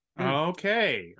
Okay